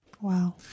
Wow